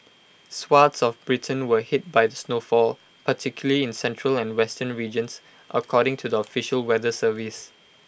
swathes of Britain were hit by the snowfall particularly in central and western regions according to the official weather service